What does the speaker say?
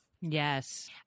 Yes